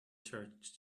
church